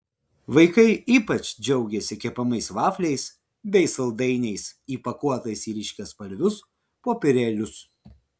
vaikai ypač džiaugėsi kepamais vafliais bei saldainiais įpakuotais į ryškiaspalvius popierėlius